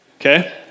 okay